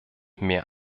mehr